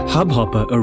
Hubhopper